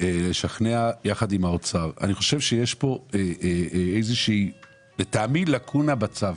אני חושב שלטעמי יש כאן איזושהי לקונה בצו.